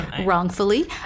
wrongfully